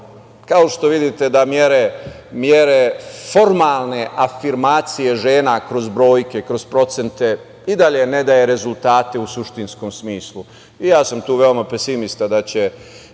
kao što vidite da mere formalne afirmacije žena kroz brojke, kroz procente i dalje ne daje rezultate u suštinskom smislu, ja sam tu veoma pesimista da će,